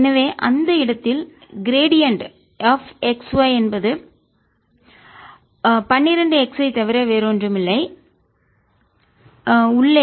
எனவே அந்த இடத்தில் கிரேடியண்ட் fxy என்பது 12 x ஐ தவிர வேறு ஒன்றும் இல்லை உள்ளே